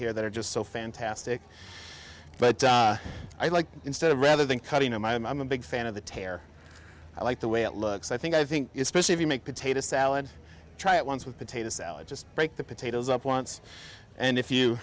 here that are just so fantastic but i like instead of rather than cutting them i'm a big fan of the tear i like the way it looks i think i think is specially if you make potato salad try it once with potato salad just break the potatoes up once and if you